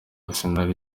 arsenal